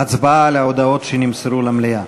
בהצבעה על ההודעות שנמסרו למליאה.